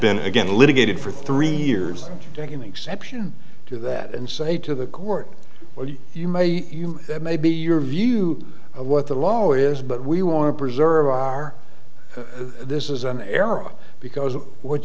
been again litigated for three years taking exception to that and say to the court or you may you may be your view of what the law is but we want to preserve our this is an era because of what